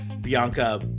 Bianca